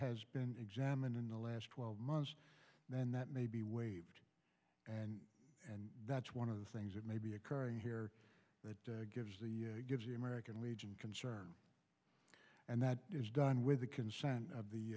has been examined in the last twelve months then that may be waived and that's one of the things that may be occurring here that gives the gives the american legion concern and that is done with the consent of the